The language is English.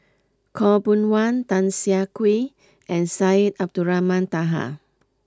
Khaw Boon Wan Tan Siah Kwee and Syed Abdulrahman Taha